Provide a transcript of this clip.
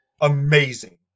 amazing